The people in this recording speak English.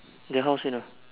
the house you know